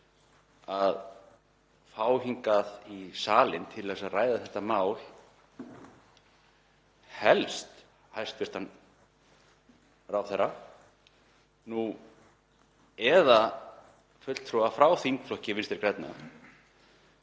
að fá hingað í salinn til að ræða þetta mál helst hæstv. ráðherra, nú eða fulltrúa frá þingflokki Vinstri grænna,